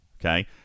okay